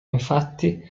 infatti